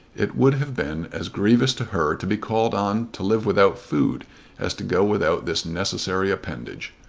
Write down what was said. it would have been as grievous to her to be called on to live without food as to go without this necessary appendage.